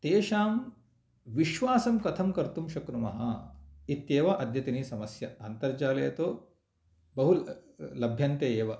तेषां विश्वासं कथं कर्तुं शक्नुमः इत्येव अद्यतनसमस्या अन्तर्जाले तु बहु लभ्यन्ते एव